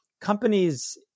companies